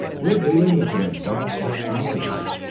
we're dealing with an advanced technology.